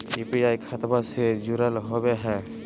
UPI खतबा से जुरल होवे हय?